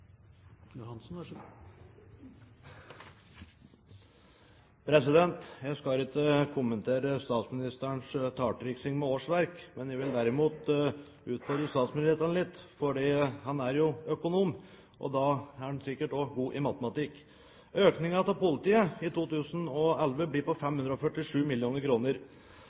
Johansen. Jeg skal ikke kommentere statsministerens talltriksing med årsverk. Jeg vil derimot utfordre statsministeren litt, for han er jo økonom, og da er han sikkert også god i matematikk. Økningen til politiet i 2011 blir på 547